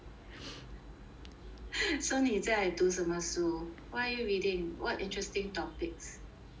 so 你在读什么书 what are you reading what interesting topics